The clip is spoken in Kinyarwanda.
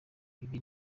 ibi